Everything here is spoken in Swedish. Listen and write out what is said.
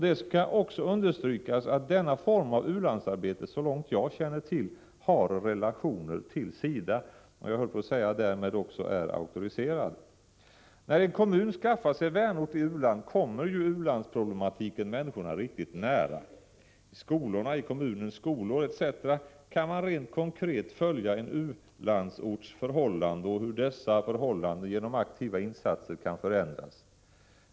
Det skall också understrykas att denna form av u-landsarbete, så långt jag känner till, har en relation till SIDA och därmed är så att säga auktoriserad. När en kommun skaffar sig vänort i u-land kommer u-landsproblematiken människorna riktigt nära. I kommunens skolor kan man t.ex. rent konkret följa en u-landsorts förhållanden och se hur dessa förhållanden genom aktiva insatser kan förändras.